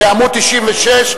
קבוצת בל"ד, קבוצת חד"ש,